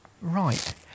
right